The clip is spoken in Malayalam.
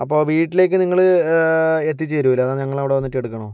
അപ്പോൾ വീട്ടിലേക്ക് നിങ്ങൾ എത്തി ചേരൂല്ലേ അതോ ഞങ്ങൾ അവിടെ വന്നിട്ട് എടുക്കണോ